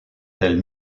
elle